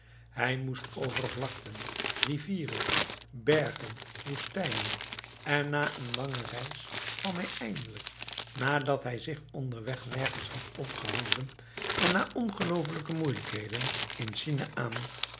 hij moest over vlakten rivieren bergen woestenijen en na een lange reis kwam hij eindelijk nadat hij zich onderweg nergens had opgehouden en na ongeloofelijke moeielijkheden in china aan